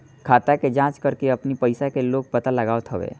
खाता के जाँच करके अपनी पईसा के लोग पता लगावत हवे